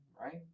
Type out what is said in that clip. right